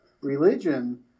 religion